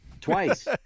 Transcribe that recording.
Twice